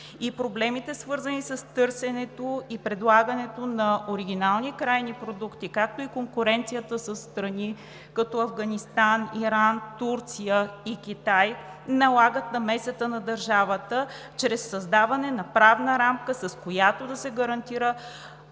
проблемите, свързани с търсенето и предлагането на оригинални крайни продукти, както и конкуренцията със страни като Афганистан, Иран, Турция и Китай, налагат намесата на държавата чрез създаване на правна рамка, с която да се гарантира